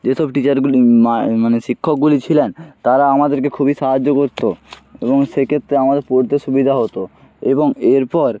যেসব টিচারগুলি মানে শিক্ষকগুলি ছিলেন তারা আমাদেরকে খুবই সাহায্য করতো এবং সেক্ষেত্রে আমাদের পড়তে সুবিধা হতো এবং এরপর